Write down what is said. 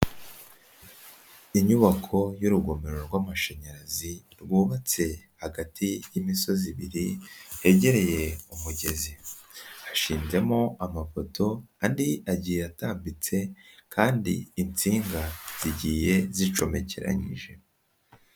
Inyubako y'urugomero rw'amashanyarazi rwubatse hagati y'imisozi ibiri yegereye umugezi. Hashinzemo amapoto andi ajyiye atambitse kandi intsinga zijyiye zicomekeranyije